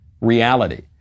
reality